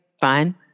fine